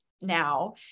now